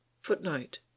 Footnote